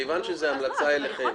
מכיוון שזו המלצה אליכם,